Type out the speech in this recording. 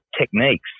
techniques